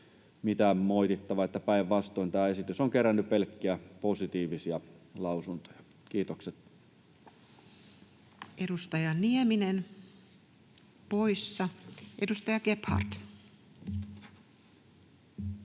mitään moitittavaa, päinvastoin tämä esitys on kerännyt pelkkiä positiivisia lausuntoja. — Kiitokset. Edustaja Nieminen, poissa. — Edustaja Gebhard.